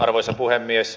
arvoisa puhemies